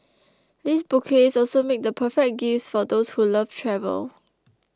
these bouquets also make the perfect gifts for those who love travel